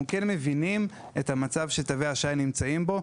אנחנו כן מבינים את המצב שתווי השי נמצאים בו,